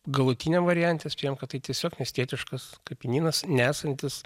galutiniam variante spėjam kad tai tiesiog miestietiškas kapinynas nesantis